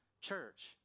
church